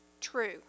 true